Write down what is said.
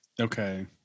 Okay